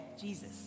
Jesus